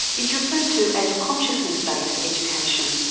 it's referred to as consciousness-based education.